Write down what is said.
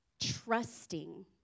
trusting